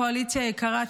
קואליציה יקרה,